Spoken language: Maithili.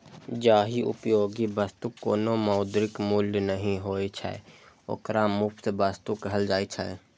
जाहि उपयोगी वस्तुक कोनो मौद्रिक मूल्य नहि होइ छै, ओकरा मुफ्त वस्तु कहल जाइ छै